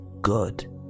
good